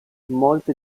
molte